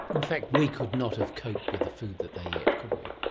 in fact we could not have coped with the food that they ate, could we.